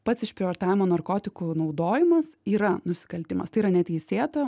pats išprievartavimo narkotikų naudojimas yra nusikaltimas tai yra neteisėta